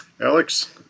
alex